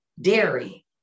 dairy